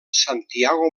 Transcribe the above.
santiago